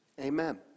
Amen